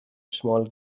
small